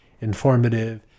informative